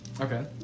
Okay